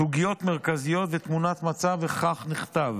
סוגיות מרכזיות ותמונת מצב, וכך נכתב: